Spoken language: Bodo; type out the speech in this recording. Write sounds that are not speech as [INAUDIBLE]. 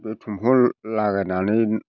बे [UNINTELLIGIBLE] लागायनानै